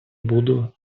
буду